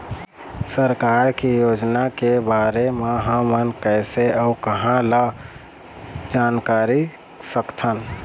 सरकार के योजना के बारे म हमन कैसे अऊ कहां ल जानकारी सकथन?